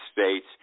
States